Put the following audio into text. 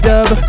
Dub